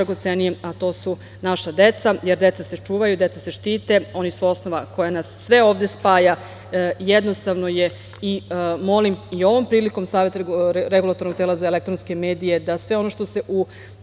a to su naša deca, jer deca se čuvaju, deca se štite, oni su osnova koja nas sve ovde spaja. Jednostavno, molim i ovom prilikom Savet Regulatornog tela za elektronske medije da sve ono što se u